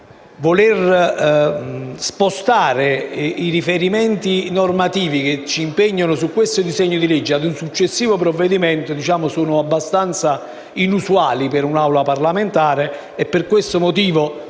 Voler spostare i riferimenti normativi che ci impegnano su questo disegno di legge ad un successivo provvedimento sono abbastanza inusuali per un'Assemblea parlamentare e per questo motivo,